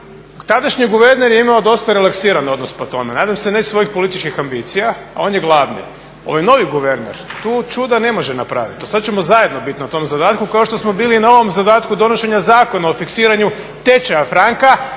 Tadašnji guverner je imao dosta relaksiran odnos po tome, nadam se ne iz svojih političkih ambicija, a on je glavni. Ovaj novi guverner tu čuda ne može napraviti, od sada ćemo zajedno biti na tom zadatku kao što smo bili i na ovom zadatku donošenja Zakona o fiksiranju tečaja franka.